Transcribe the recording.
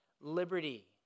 liberty